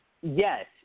yes